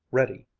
ready,